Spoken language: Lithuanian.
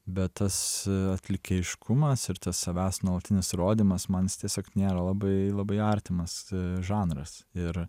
bet tas atlikėjiškumas ir tas savęs nuolatinis rodymas man jis tiesiog nėra labai labai artimas žanras ir